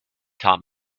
taught